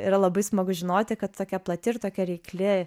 yra labai smagu žinoti kad tokia plati ir tokia reikli